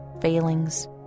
failings